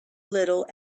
little